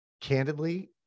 candidly